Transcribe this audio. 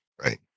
Right